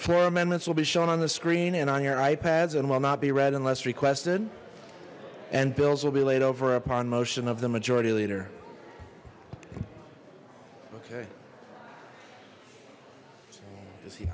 for amendments will be shown on the screen and on your ipads and will not be read and less requested and bill's will be laid over upon motion of the majority leader okay mis